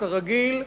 כרגיל.